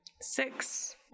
Six